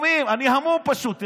אני המום פשוט.